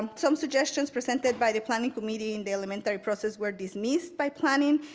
um some suggestions presented by the planning committee in the elementary process were dismissed by planning,